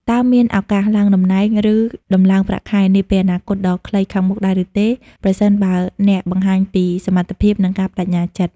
តើមានឱកាស ឡើងតំណែង ឬ ដំឡើងប្រាក់ខែ នាពេលអនាគតដ៏ខ្លីខាងមុខដែរឬទេ ប្រសិនបើអ្នកបង្ហាញពីសមត្ថភាព និងការប្ដេជ្ញាចិត្ត?